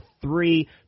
three